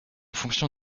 fonction